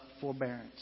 forbearance